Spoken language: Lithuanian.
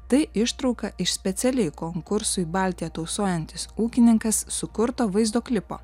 tai ištrauka iš specialiai konkursui baltiją tausojantis ūkininkas sukurto vaizdo klipo